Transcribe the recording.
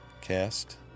cast